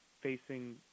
facing